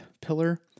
pillar